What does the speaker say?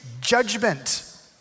judgment